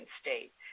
state